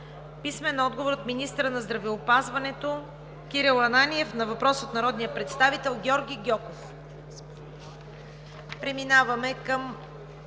Сабанов; - министъра на здравеопазването Кирил Ананиев на въпрос от народния представител Георги Гьоков.